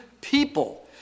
people